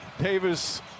davis